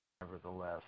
Nevertheless